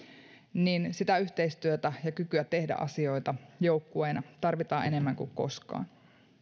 niin sitä yhteistyötä ja kykyä tehdä asioita joukkueena tarvitaan enemmän kuin koskaan